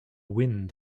wind